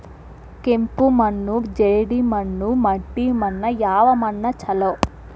ಕೆಂಪು ಮಣ್ಣು, ಜೇಡಿ ಮಣ್ಣು, ಮಟ್ಟಿ ಮಣ್ಣ ಯಾವ ಮಣ್ಣ ಛಲೋ?